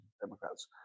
Democrats